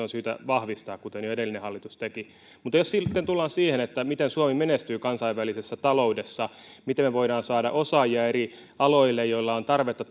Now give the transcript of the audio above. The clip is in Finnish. on syytä vahvistaa kuten jo edellinen hallitus teki mutta jos sitten tullaan siihen miten suomi menestyy kansainvälisessä taloudessa miten me voimme saada osaajia eri aloilla joilla on tarvetta